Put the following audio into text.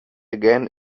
again